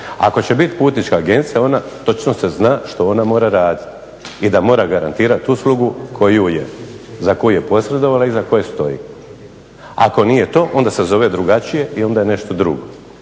Ako će biti putnička agencija onda točno se zna što ona mora raditi i da mora garantirati uslugu koju je, za koju je posredovala i za koju stoji. Ako nije to, onda se zove drugačije i onda je nešto drugo